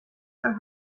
are